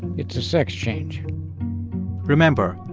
it's a sex change remember,